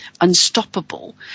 unstoppable